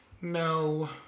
No